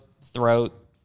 throat